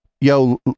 yo